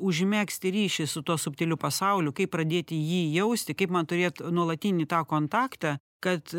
užmegzti ryšį su tuo subtiliu pasauliu kaip pradėti jį jausti kaip man turėt nuolatinį tą kontaktą kad